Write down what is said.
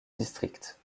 district